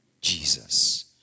Jesus